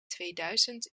tweeduizend